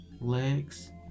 legs